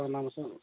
অ নামচোন